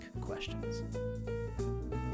questions